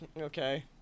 Okay